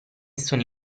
sono